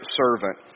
servant